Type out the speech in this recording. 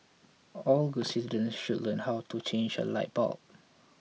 all good citizens should learn how to change a light bulb